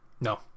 No